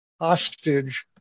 hostage